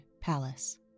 Palace